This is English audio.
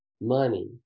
money